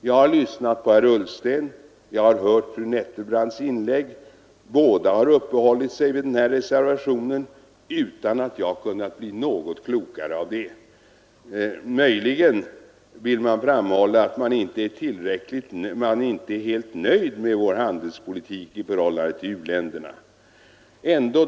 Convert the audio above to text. Jag har lyssnat på herr Ullsten, jag har hört fru Nettelbrandts inlägg. Båda har uppehållit sig vid reservationen 8 utan att jag kunnat bli något klokare av det. Möjligen vill man därmed framhålla att man inte är helt nöjd med vår handelspolitik i förhållande till u-länderna.